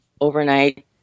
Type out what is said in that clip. overnight